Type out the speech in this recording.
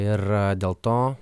ir dėl to